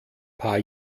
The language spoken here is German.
paar